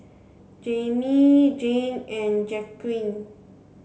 Jayme Jane and Jacquez